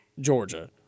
Georgia